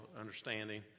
understanding